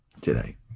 today